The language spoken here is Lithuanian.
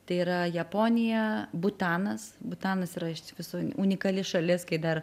tai yra japonija butanas butanas yra iš viso unikali šalis kai dar